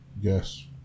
Yes